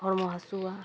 ᱦᱚᱲᱢᱚ ᱦᱟᱹᱥᱩᱣᱟ